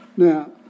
Now